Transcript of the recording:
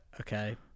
okay